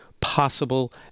possible